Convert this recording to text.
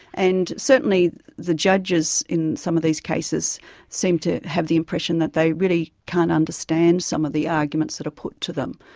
and certainly the judges in some of these cases seem to have the impression that they really can't understand some of the arguments that are put to them.